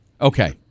Okay